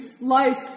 life